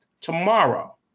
tomorrow